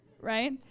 Right